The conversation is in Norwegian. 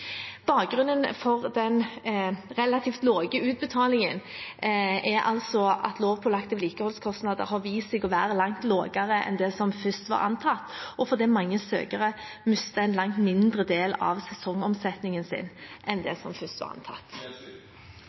Bakgrunnen for den relativt lave utbetalingen er altså at lovpålagte vedlikeholdskostnader har vist seg å være langt lavere enn først antatt, og at mange søkere mistet en langt mindre del av sesongomsetningen sin enn først antatt. Jeg takker for svaret, men ut fra det som